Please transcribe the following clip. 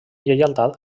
lleialtat